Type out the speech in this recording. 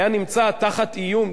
היה נמצא תחת איום,